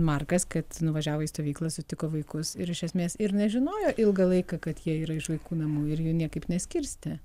markas kad nuvažiavo į stovyklą sutiko vaikus ir iš esmės ir nežinojo ilgą laiką kad jie yra iš vaikų namų ir jų niekaip neskirstė